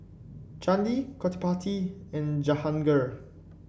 Chandi Gottipati and Jahangir